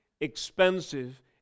Expensive